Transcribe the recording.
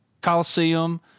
Coliseum